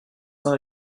not